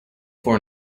for